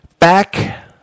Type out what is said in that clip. Back